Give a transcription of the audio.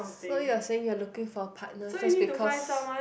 so you are saying you looking for a partner just because